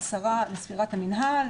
עשרה לספירת המינהל,